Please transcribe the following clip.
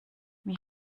wie